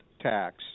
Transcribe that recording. tax